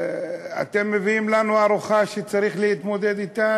אתם מביאים לנו ארוחה לא פשוטה שצריך להתמודד אתה.